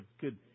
good